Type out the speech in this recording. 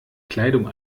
kleidung